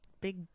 Big